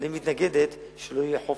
אבל היא מתנגדת לכך שלא יהיה חופש